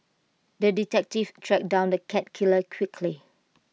the detective tracked down the cat killer quickly